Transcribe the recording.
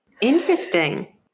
Interesting